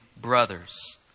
brothers